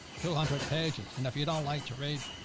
two hundred pages. and if you don't like to read,